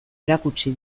erakutsi